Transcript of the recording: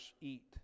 eat